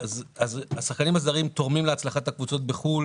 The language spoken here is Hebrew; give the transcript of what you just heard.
השחקנים הזרים תורמים להצלחת הקבוצות בחו"ל,